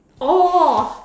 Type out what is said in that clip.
oh